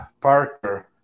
Parker